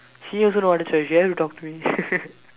he also know how to chat talk to me